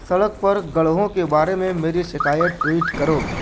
سڑک پر گڈھوں کے بارے میں میری شکایت ٹویٹ کرو